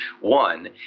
One